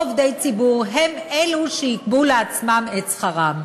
עובדי ציבור הם אלה שיקבעו לעצמם את שכרם.